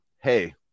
Hey